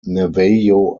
navajo